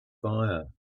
fire